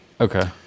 Okay